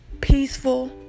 Peaceful